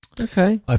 Okay